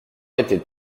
était